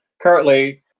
Currently